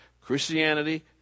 Christianity